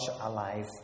alive